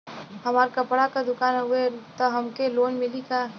हमार कपड़ा क दुकान हउवे त हमके लोन मिली का?